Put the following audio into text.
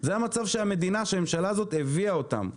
זה המצב שהממשלה הזאת הביאה אותם אליו.